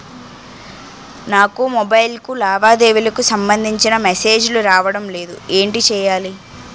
నాకు మొబైల్ కు లావాదేవీలకు సంబందించిన మేసేజిలు రావడం లేదు ఏంటి చేయాలి?